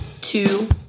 two